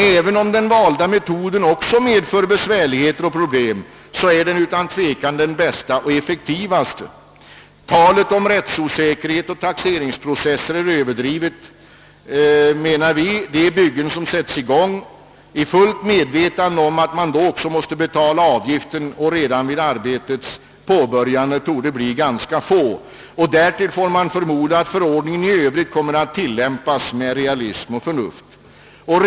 även om den nu valda metoden också medför besvärligheter och problem, är den utan tvivel den bästa och effektivaste. Talet om rättsosäkerhet och taxeringsprocesser är överdrivet, menar vi. De byggen som man sätter i gång i fullt medvetande om att man måste betala avgiften redan vid arbetets påbörjande torde bli ganska få. Därtill får vi hoppas att förordningen i övrigt kommer att tillämpas med realism och förnuft.